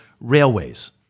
railways